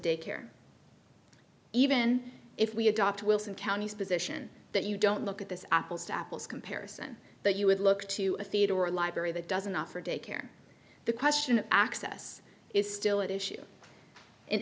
daycare even if we adopt wilson county's position that you don't look at this apples to apples comparison that you would look to a theater or a library that doesn't offer daycare the question of access is still an issue and